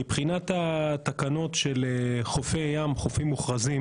מבחינת התקנות של חופי ים, חופים מוכרזים